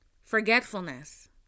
forgetfulness